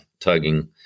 tugging